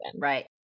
right